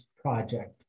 project